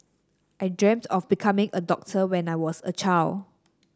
I dreamt of becoming a doctor when I was a child